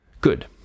Good